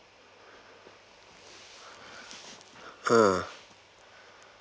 hmm